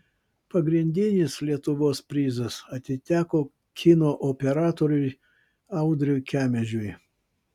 pagrindinis lietuvos prizas atiteko kino operatoriui audriui kemežiui